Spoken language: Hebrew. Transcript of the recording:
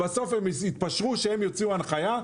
ובסוף הם התפשרו שהם יוציאו הנחיה.